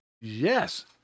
Yes